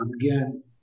again